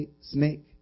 snake